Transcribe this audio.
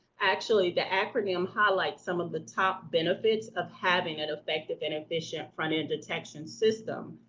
actually the acronym, highlights some of the top benefits of having an effective and efficient front-end detection system.